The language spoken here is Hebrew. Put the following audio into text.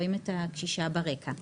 שרואים את הקשישה ברקע,